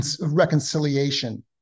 reconciliation